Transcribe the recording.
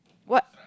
what